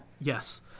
Yes